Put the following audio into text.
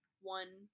one